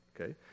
okay